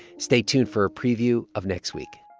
stay tuned for a preview of next week